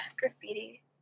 graffiti